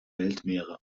weltmeere